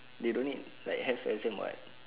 they don't need like have exam [what]